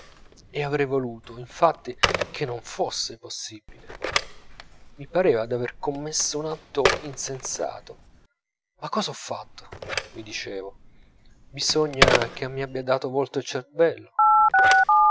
e avrei voluto infatti che non fosse possibile mi pareva d'aver commesso un atto insensato ma cosa ho fatto mi dicevo bisogna che mi abbia dato volta il cervello